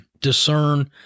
discern